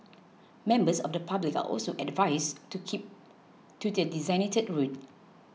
members of the public are also advised to keep to the designated route